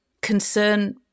concern